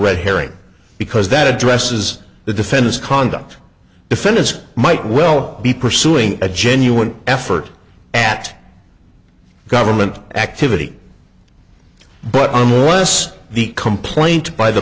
red herring because that addresses the defendant's conduct defendants might well be pursuing a genuine effort at government activity but unless the complaint by the